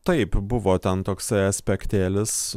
taip buvo ten toksai aspektėlis